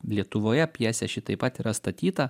lietuvoje pjesė ši taip pat yra statyta